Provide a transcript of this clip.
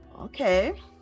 Okay